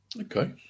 Okay